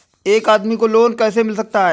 एक आदमी को लोन कैसे मिल सकता है?